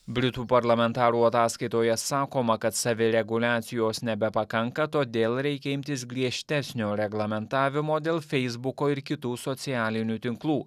britų parlamentarų ataskaitoje sakoma kad savireguliacijos nebepakanka todėl reikia imtis griežtesnio reglamentavimo dėl feisbuko ir kitų socialinių tinklų